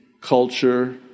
culture